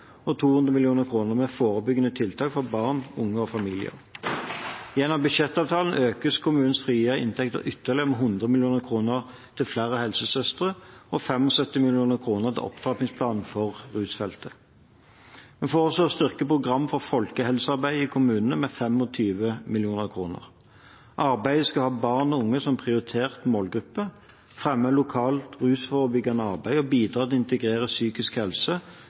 og 200 mill. kr med forebyggende tiltak for barn, unge og familier. Gjennom budsjettavtalen økes kommunenes frie inntekter ytterligere med 100 mill. kr til flere helsesøstre, og 75 mill. kr til opptrappingsplanen for rusfeltet. Vi foreslår å styrke program for folkehelsearbeid i kommunene med 25 mill. kr. Arbeidet skal ha barn og unge som prioritert målgruppe, fremme lokalt rusforebyggende arbeid og bidra til å integrere psykisk helse